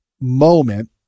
moment